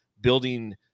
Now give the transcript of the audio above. building